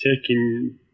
taking